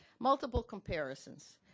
multiple comparisons.